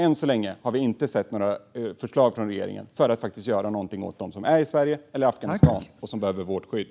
Än så länge har vi inte sett några förslag från regeringen för att göra någonting åt dem som är i Sverige eller i Afghanistan och behöver vårt skydd.